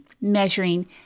measuring